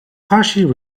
partially